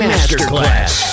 Masterclass